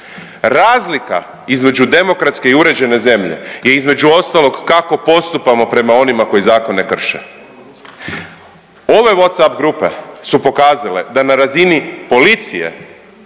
Razlika između demokratske i uređene zemlje je između ostalog kako postupamo prema onima koji zakone krše. Ove Whatsapp grupe su pokazale da na razini policije